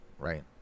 Right